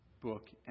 book